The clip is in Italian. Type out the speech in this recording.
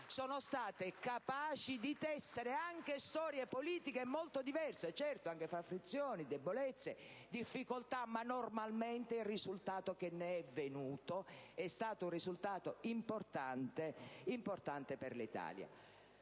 sono state capaci di tessere anche storie politiche molto diverse: certo, anche tra frizioni, debolezze, difficoltà, ma, normalmente, il risultato ottenuto è stato importante per l'Italia.